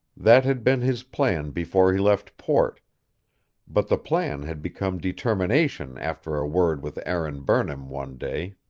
that had been his plan before he left port but the plan had become determination after a word with aaron burnham, one day.